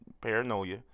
paranoia